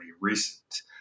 recent